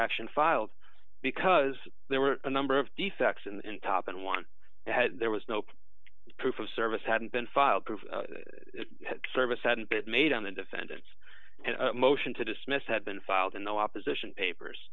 action filed because there were a number of defects in top and one there was no proof of service hadn't been filed to service hadn't been made on the defendants and a motion to dismiss had been filed in the opposition papers